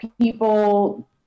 people